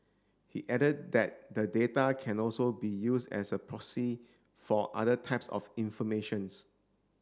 he added that the data can also be used as a proxy for other types of informations